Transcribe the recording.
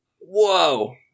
Whoa